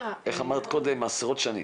איך אמרת קודם, עשרות שנים.